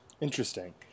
Interesting